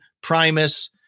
Primus